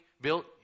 Bill